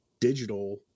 digital